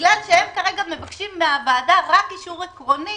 בגלל שהם כרגע מבקשים מן הוועדה רק אישור עקרוני